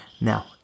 now